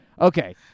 Okay